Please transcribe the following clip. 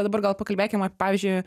dabar gal pakalbėkim apie pavyzdžiui